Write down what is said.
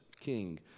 king